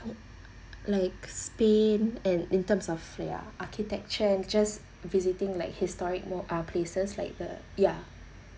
like spain and in terms of ya architecture and just visiting like historic ma~ uh places like the ya